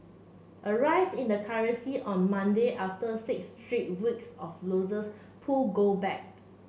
a rise in the currency on Monday after six straight weeks of losses pulled gold back